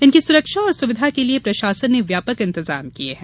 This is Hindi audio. इनकी सुरक्षा और सुविधा के लिए प्रशासन ने व्यापक इंतजाम किये हैं